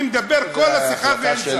אני מדבר, כל השיחה, ואין שר.